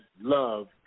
Love